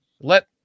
Let